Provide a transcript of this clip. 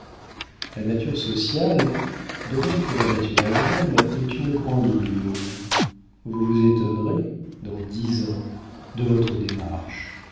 la nature sociale de même que la nature elle-même est une grande oublieuse vous vous étonnerez dans dix ans de votre démarche